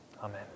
Amen